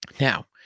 Now